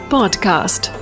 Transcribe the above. Podcast